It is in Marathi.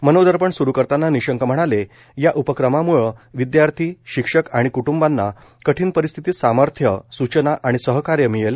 मनोदर्पण सुरू करताना निशंक म्हणाले या उपक्रमामुळं विदयार्थी शिक्षक आणि कुटुंबांना कठीण परिस्थितीत सामर्थ्य सूचना आणि सहकार्य मिळेल